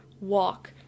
walk